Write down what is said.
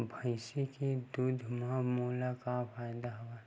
भैंसिया के दूध म मोला का फ़ायदा हवय?